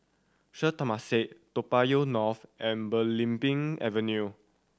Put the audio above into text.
Sri Temasek Toa Payoh North and Belimbing Avenue